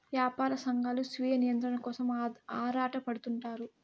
యాపార సంఘాలు స్వీయ నియంత్రణ కోసం ఆరాటపడుతుంటారు